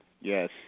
Yes